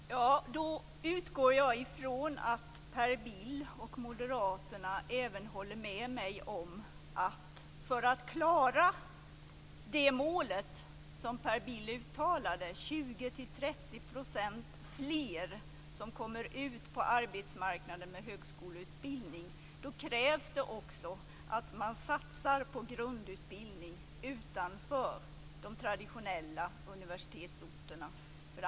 Fru talman! Då utgår jag från att Per Bill och moderaterna även håller med mig om detta: För att klara det mål som Per Bill uttalade - 20-30 % fler som kommer ut på arbetsmarknaden med högskoleutbildning - krävs det också att man satsar på grundutbildning utanför de traditionella universitetsorterna.